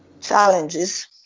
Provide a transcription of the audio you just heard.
Challenges